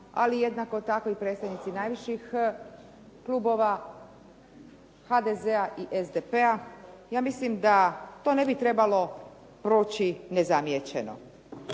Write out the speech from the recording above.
ali jednako tako i predsjednici najviših klubova HDZ-a i SDP-a, ja mislim da to ne bi trebalo proći nezamijećeno,